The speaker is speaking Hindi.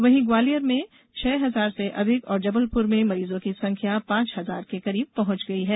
वहीं ग्वालियर में छह हजार से अधिक और जबलपुर में मरीजो की संख्या पांच हजार के करीब पहुंच गयी है